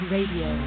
Radio